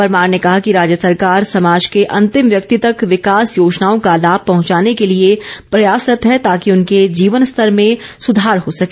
परमार ने कहा कि राज्य सरकार समाज के अंतिम व्यक्ति तक विकास योजनाओं का लाभ पहुंचाने के लिए प्रयासरत है ताकि उनके जीवन स्तर में सुधार हो सके